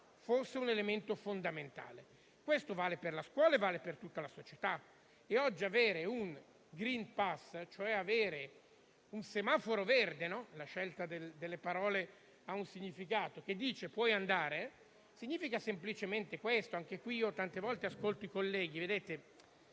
fosse un elemento fondamentale. Questo vale per la scuola e vale per tutta la società. Oggi avere un *green pass*, cioè avere un semaforo verde (la scelta delle parole ha un significato), che attesta che si può andare, significa semplicemente questo. Anche qui, io tante volte ascolto i colleghi.